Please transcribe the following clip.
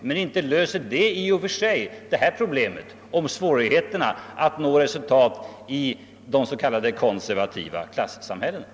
Men inte löser det i och för sig problemet med svårigheterna att nå resultat i de konservativa klassamhällena.